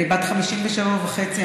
אני בת 57 וחצי.